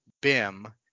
BIM